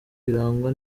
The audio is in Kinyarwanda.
birangwa